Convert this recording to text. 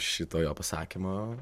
šitą jo pasakymą